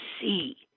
see